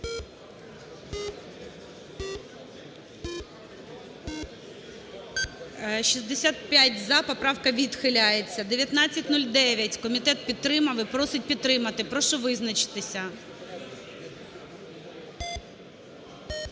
– за. Поправка відхиляється. 1912. Комітет підтримав і просить підтримати. Я прошу залу визначатися.